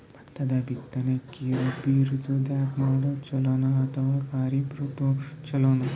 ಭತ್ತದ ಬಿತ್ತನಕಿ ರಾಬಿ ಋತು ದಾಗ ಮಾಡೋದು ಚಲೋನ ಅಥವಾ ಖರೀಫ್ ಋತು ಚಲೋನ?